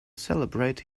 celebrate